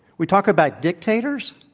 we talk about dictators,